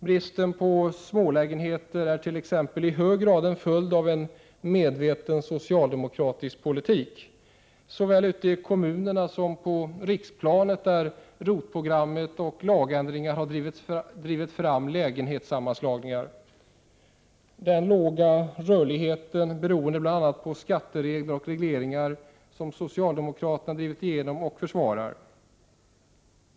Bristen på smålägenheter är i hög grad en följd av en medveten socialdemokratisk politik såväl ute i kommunerna som på riksplanet, där ROT-programmet och lagändringar har drivit fram lägenhetssammanslagningar. Den låga rörligheten beror bl.a. på skatteregler och regleringar som socialdemokraterna drivit igenom och försvarar.